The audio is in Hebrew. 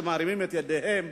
שמרימים את ידיהם,